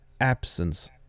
absence